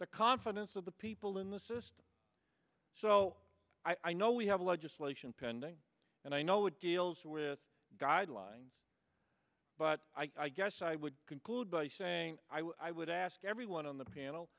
the confidence of the people in the system so i know we have legislation pending and i know it deals with guidelines but i guess i would conclude by saying i would ask everyone on the panel